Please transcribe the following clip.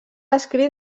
escrit